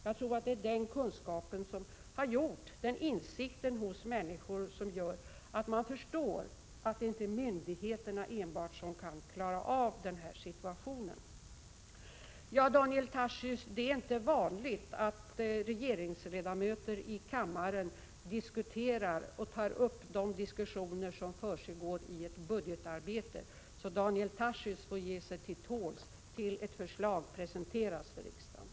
Jag tror att denna insikt hos människorna har gjort att man förstår att det inte bara beror på myndigheterna om vi skall kunna klara av situationen. Det är inte vanligt, Daniel Tarschys, att regeringsledamöter i riksdagens kammare tar upp diskussioner som försiggår i budgetarbetet. Så Daniel Tarschys får ge sig till tåls tills ett förslag presenteras för riksdagen.